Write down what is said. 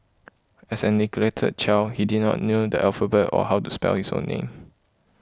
as a neglected child he did not know the alphabet or how to spell his own name